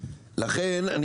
לכן,